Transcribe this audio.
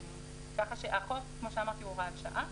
כך שהחוק הוא הוראת שעה